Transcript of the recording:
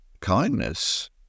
kindness